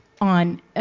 on